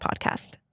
podcast